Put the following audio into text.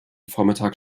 vormittag